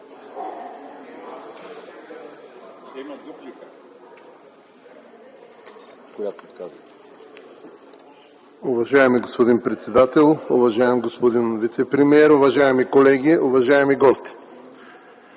Уважаеми господин председател, уважаеми господин вицепремиер, уважаеми колеги, уважаеми гости!